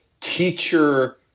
teacher –